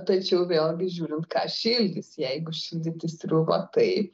tačiau vėlgi žiūrint ką šildys jeigu šildyti sriubą taip